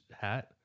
hat